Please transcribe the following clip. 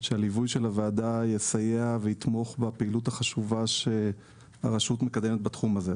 שהליווי של הוועדה יסייע ויתמוך בפעילות החשובה שהרשות מקדמת בתחום הזה.